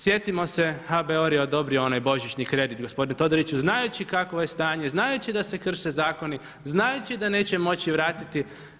Sjetimo se HBOR je odobrio onaj božićni kredit gospodinu Todoriću znajući kakvo je stanje, znajući da se krše zakoni, znajući da neće moći vratiti.